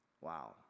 Wow